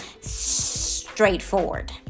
straightforward